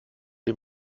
dir